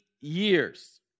years